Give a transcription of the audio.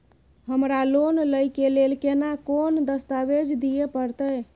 हमरा लोन लय के लेल केना कोन दस्तावेज दिए परतै?